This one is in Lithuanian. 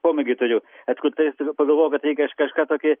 pomėgį turiu atkurt tai turiu pagalvojau kad reikia kažką tokį